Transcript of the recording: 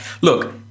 look